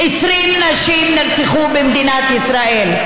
20 נשים נרצחו במדינת ישראל,